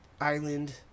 island